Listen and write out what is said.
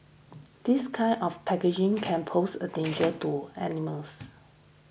this kind of packaging can pose a danger to animals